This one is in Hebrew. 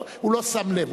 הוא לא שם לב.